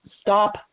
stop